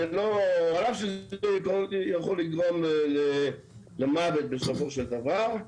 על אף שזה יכול לגרום למוות בסופו של דבר.